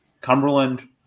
Cumberland